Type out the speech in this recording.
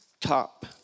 top